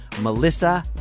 Melissa